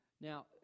Now